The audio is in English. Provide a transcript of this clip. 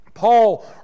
Paul